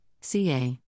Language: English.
CA